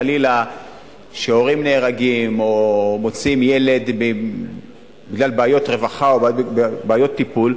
חלילה כשהורים נהרגים או שמוציאים ילד בגלל בעיות רווחה או בעיות טיפול,